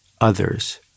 others